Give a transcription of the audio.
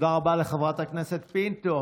תודה רבה לחברת הכנסת פינטו.